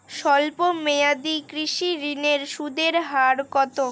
স্বল্প মেয়াদী কৃষি ঋণের সুদের হার কত?